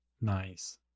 nice